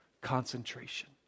concentration